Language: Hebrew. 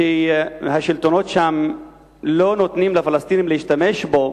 השלטונות שם לא נותנים לפלסטינים להשתמש בו,